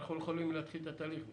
אנחנו לא יכולים להתחיל את התהליך בכלל.